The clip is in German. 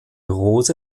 rose